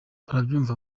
barabyumva